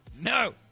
No